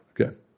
Okay